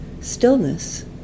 stillness